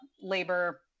labor